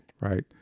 right